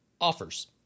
offers